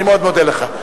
אני מאוד מודה לך.